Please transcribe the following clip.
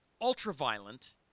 ultra-violent